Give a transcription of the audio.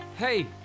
Hey